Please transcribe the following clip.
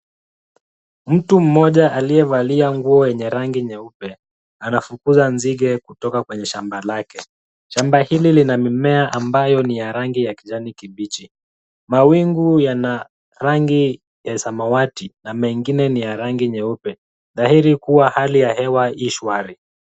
Mtu mmoja aliyevalia nguo yenye rangi nyeupe, anafukuza nzinge kutoka kwenye shamba lake. Shamba hili lina mimea ambayo ni ya rangi ya kijani kibichi. Mawingu yana rangi ya samawati na mengine ni ya rangi nyeupe, dhahiri kuwa hali ya hewa i shwari.